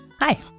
Hi